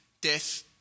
death